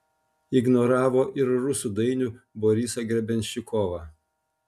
ignoravo ir rusų dainių borisą grebenščikovą